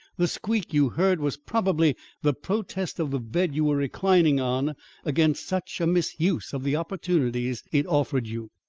the squeak you heard was probably the protest of the bed you were reclining on against such a misuse of the opportunities it offered you.